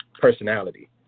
personality